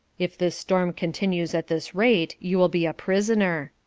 if this storm continues at this rate you will be a prisoner.